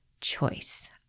Choice